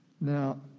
Now